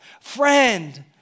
friend